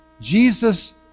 Jesus